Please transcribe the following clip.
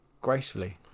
gracefully